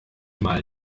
mal